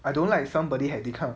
I don't like somebody had this kind